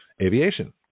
Aviation